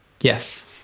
Yes